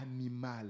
animal